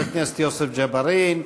חבר הכנסת יוסף ג'בארין,